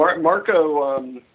Marco